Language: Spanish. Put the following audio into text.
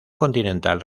continental